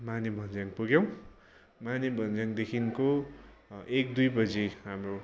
माने भञ्ज्याङ पुग्यौँ माने भञ्ज्याङदेखिको एक दुई बजी हाम्रो